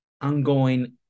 ongoing